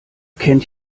kennt